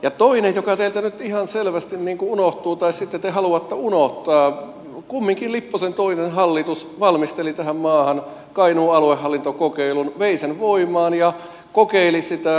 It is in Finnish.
ja toinen joka teiltä nyt ihan selvästi niin kuin unohtuu tai sitten te haluatte unohtaa kumminkin lipposen toinen hallitus valmisteli tähän maahan kainuun aluehallintokokeilun vei sen voimaan ja kokeili sitä